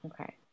Okay